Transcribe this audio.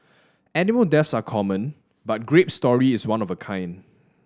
animal deaths are common but Grape's story is one of a kind